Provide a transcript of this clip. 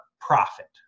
profit